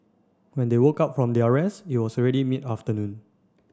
when they woke up from their rest it was already mid afternoon